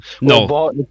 no